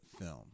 film